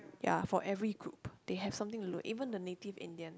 ya for every group they have something to look even the native Indian